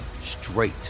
straight